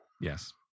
Yes